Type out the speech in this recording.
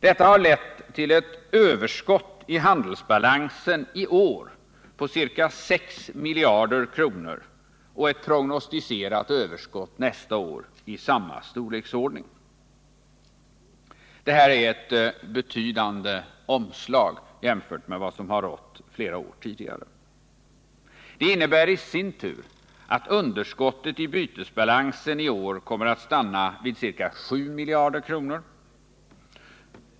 Detta har lett till ett överskott i handelsbalansen i år på ca 6 miljarder kronor och ett prognostiserat överskott nästa år i samma storleksordning. Det här är ett betydande omslag jämfört med vad som har rått under flera år. Det innebär i sin tur att underskottet i bytesbalansen i år kommer att stanna vid ca 7 miljarder kronor.